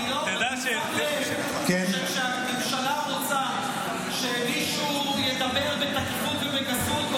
אני שם לב שכאשר הממשלה רוצה שמישהו ידבר בתקיפות ובגסות,